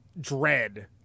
dread